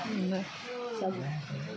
सभ